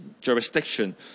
jurisdiction